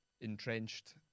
entrenched